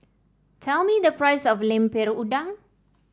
tell me the price of Lemper Udang